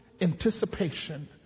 anticipation